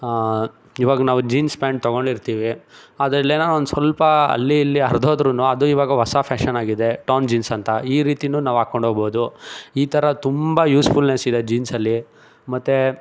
ಇವಾಗ ನಾವು jeans pant ತೊಗೊಂಡಿರ್ತೀವಿ ಅದರಲ್ಲೇನೋ ಒಂದು ಸ್ವಲ್ಪ ಅಲ್ಲಿ ಇಲ್ಲಿ ಹರ್ದು ಹೋದ್ರೂ ಅದು ಇವಾಗ ಹೊಸ ಫ್ಯಾಷನ್ ಆಗಿದೆ ಟೋನ್ ಜೀನ್ಸ್ ಅಂತ ಈ ರೀತಿನೂ ನಾವು ಹಾಕ್ಕೊಂಡು ಹೋಬೋದು ಈ ಥರ ತುಂಬ ಯೂಸ್ಫುಲ್ನೆಸ್ ಇದೆ ಜೀನ್ಸಲ್ಲಿ ಮತ್ತು